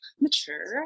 mature